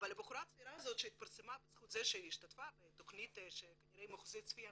הבחורה הצעירה הזאת שהתפרסמה בזכות זה שהשתתפה בתכנית עם אחוזי צפייה